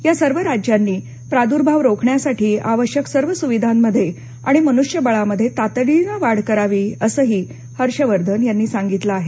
या सर्व राज्यांनी प्रादुर्भाव रोखण्यासाठी आवश्यक सर्व सुविधांमध्ये आणि मनुष्यबळामध्ये तातडीन वाढ करावी असंही हर्षवर्धन यांनी सांगितल आहे